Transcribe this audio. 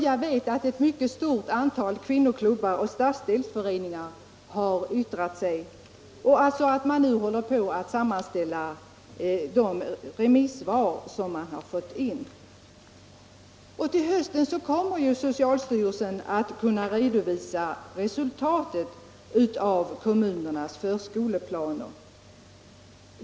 Jag vet att ett mycket stort antal organisationer, bl.a. kvinnoklubbar och stadsdelsföreningar, har yttrat sig, och nu håller sociala centralnämnden på att sammanställa de remissvar som kommit in. Till hösten kommer socialstyrelsen att kunna redovisa resultatet av kommunernas förskoleplaner.